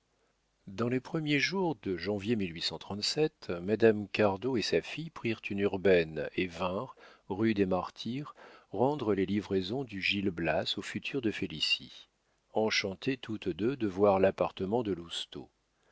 dans les premiers jours de janvier madame cardot et sa fille prirent une urbaine et vinrent rue des martyrs rendre les livraisons du gil blas au futur de félicie enchantées toutes deux de voir l'appartement de